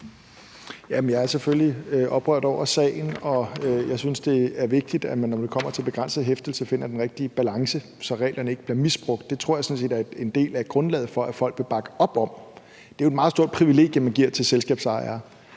jeg er selvfølgelig oprørt over sagen, og jeg synes, det er vigtigt, at man, når man kommer til begrænset hæftelse, finder den rigtige balance, så reglerne ikke bliver misbrugt. Jeg tror sådan set, at det er en del af grundlaget for, at folk vil bakke op det. Det er jo et meget stort privilegium, man giver til selskabsejere.